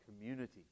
community